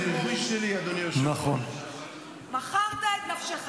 זה לא מזיז לי, מכרת את נפשך.